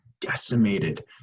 decimated